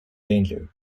danger